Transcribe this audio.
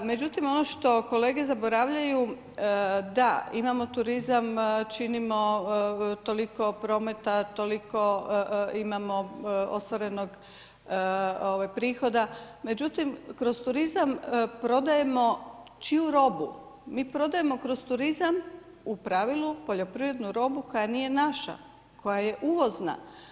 Međutim, ono što kolege zaboravljaju da imamo turizam, činimo toliko prometa, toliko imamo ostvarenog prihoda međutim kroz turizam prodajemo čiju robu, mi prodajemo kroz turizam, u pravilu, poljoprivrednu robu koja nije naša, koja je uvozna.